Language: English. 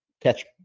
catch